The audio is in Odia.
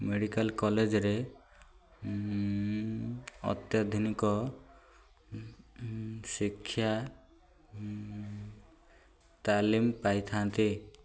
ମେଡିକାଲ କଲେଜରେ ଅତ୍ୟାଧୁନିକ ଶିକ୍ଷା ତାଲିମ ପାଇଥାନ୍ତି